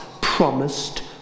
promised